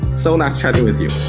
so nice chatting with you